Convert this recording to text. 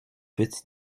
petit